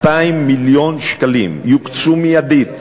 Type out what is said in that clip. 200 מיליון שקלים יוקצו מיידית